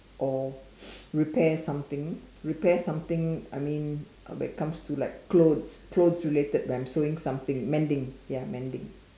or repair something repair something I mean when it comes to like clothes clothes related when I'm sewing something mending ya mending